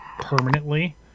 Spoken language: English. permanently